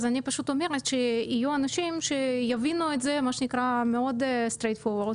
אז אני אומרת שיהיו אנשים שיבינו את זה בצורה מאוד ישירה.